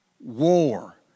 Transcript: war